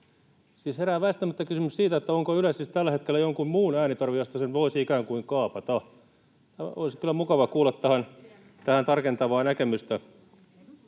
herää väistämättä kysymys siitä, onko Yle tällä hetkellä jonkun muun äänitorvi, jolta sen voisi ikään kuin kaapata. Olisi kyllä mukava kuulla tähän tarkentavaa näkemystä.